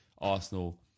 Arsenal